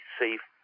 safe